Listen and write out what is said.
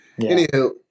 anywho